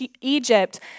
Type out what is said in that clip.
Egypt